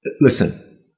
Listen